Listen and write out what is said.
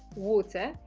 water,